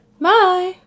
bye